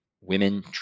women